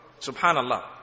Subhanallah